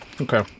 Okay